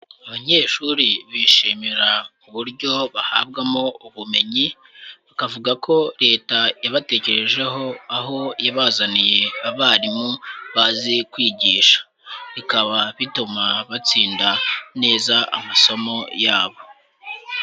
Abanyeshuri bishimira uburyo bahabwamo ubumenyi, bakavuga ko Leta yabatekerejeho aho yabazaniye abarimu bazi kwigisha, bikaba bituma batsinda neza amasomo yabo.